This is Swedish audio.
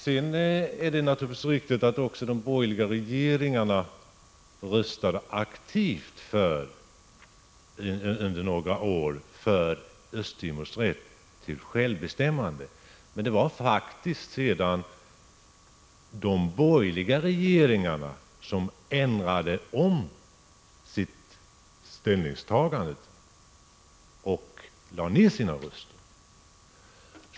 Det är naturligtvis riktigt att de borgerliga regeringen under några år röstade aktivt för Östtimors rätt till självbestämmande. Men det var faktiskt de borgerliga regeringarna som sedan ändrade sitt ställningstagande och lade ner sina röster.